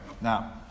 Now